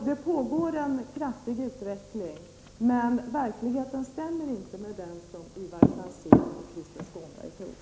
Det pågår alltså en kraftig utveckling, men verkligheten är inte sådan som Ivar Franzén och Krister Skånberg beskriver den.